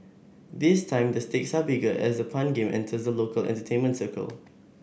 this time the stakes are bigger as the pun game enters the local entertainment circle